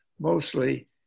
Mostly